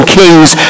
kings